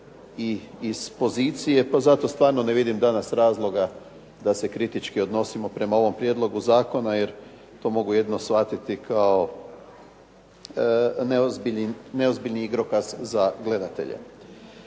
i iz pozicije pa zato stvarno ne vidim danas razloga da se kritički odnosimo prema ovom prijedlogu zakona jer to mogu jedino shvatiti kao neozbiljni igrokaz za gledatelje.